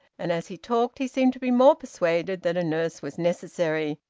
and as he talked he seemed to be more persuaded that a nurse was necessary,